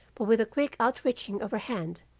but with a quick outreaching of her hand,